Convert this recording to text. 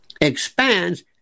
expands